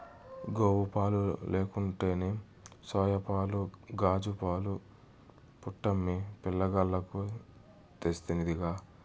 గోవుపాలు లేకుంటేనేం సోయాపాలు కాజూపాలు పట్టమ్మి పిలగాల్లకు తెస్తినిగదా